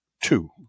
Two